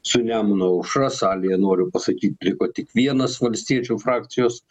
su nemuno aušra salėje noriu pasakyt liko tik vienas valstiečių frakcijos